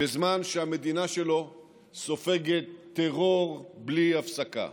בזמן שהמדינה שלו סופגת טרור בלי הפסקה.